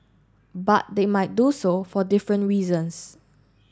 but they might do so for different reasons